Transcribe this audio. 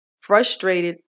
frustrated